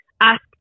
ask